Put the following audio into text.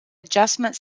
adjustment